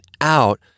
out